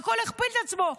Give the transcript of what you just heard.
הכול הכפיל את עצמו.